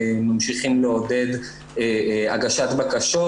ממשיכים לעודד הגשת בקשות,